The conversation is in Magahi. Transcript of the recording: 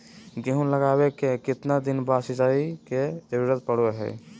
गेहूं लगावे के कितना दिन बाद सिंचाई के जरूरत पड़ो है?